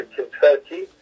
Kentucky